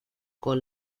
con